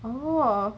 orh